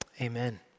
amen